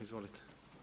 Izvolite.